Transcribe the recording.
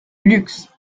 luxe